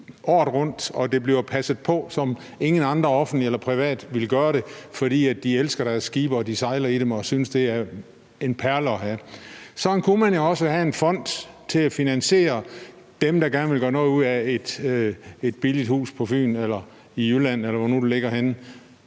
året rundt, og der bliver passet på dem, som ingen andre offentlige eller private ville gøre det, fordi de elsker deres skibe, de sejler i dem og synes, at det er en perle at have dem. Sådan kunne man jo også have en fond til at finansiere det, når nogen gerne vil gøre noget ud af et billigt hus på Fyn eller i Jylland, eller hvor det nu ligger henne,